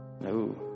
No